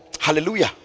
Hallelujah